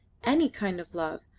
any kind of love,